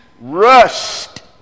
Rust